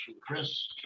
Chris